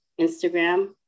Instagram